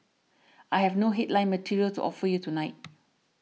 I have no headline material to offer you tonight